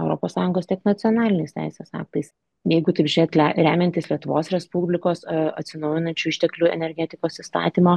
europos sąjungos tiek nacionaliniais teisės aktais jeigu taip žiūrėt le remiantis lietuvos respublikos atsinaujinančių išteklių energetikos įstatymo